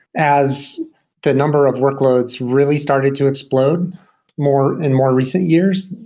as the number of workloads really started to explode more in more recent years,